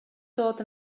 dod